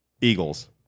Eagles